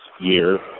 year